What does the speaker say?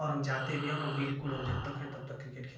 और हम जाते भी हैं बिल्कुल हम जब तक हैं तब तक क्रिकेट खेल